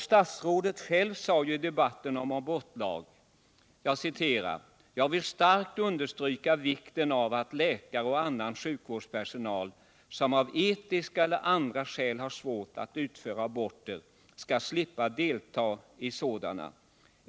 Statsrådet själv sade ju i debatten om abortlag: ”Jag vill starkt understryka vikten av att läkare och annan sjukvårdspersonal, som av etiska eller andra skäl har svårt att utföra aborter skall slippa delta i sådana.